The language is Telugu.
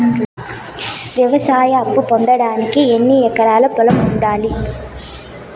వ్యవసాయ అప్పు పొందడానికి ఎన్ని ఎకరాల పొలం ఉండాలి?